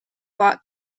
bought